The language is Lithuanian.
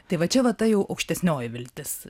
tai va čia va ta jau aukštesnioji viltis